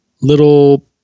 little